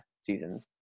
season